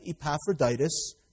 Epaphroditus